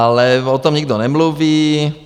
Ale o tom nikdo nemluví.